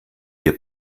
wir